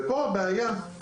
ופה הבעיה.